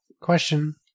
question